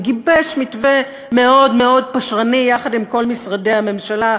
גיבש מתווה מאוד מאוד פשרני יחד עם כל משרדי הממשלה,